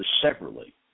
separately